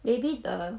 maybe the